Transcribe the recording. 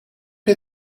jij